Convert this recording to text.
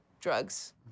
drugs